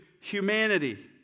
humanity